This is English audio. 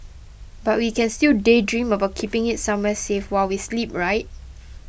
but we can still daydream about keeping it somewhere safe while we sleep right